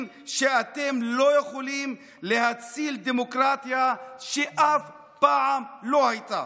שאתם לא יכולים להציל דמוקרטיה שאף פעם לא הייתה.